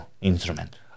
instrument